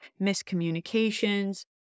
miscommunications